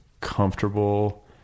comfortable